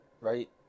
right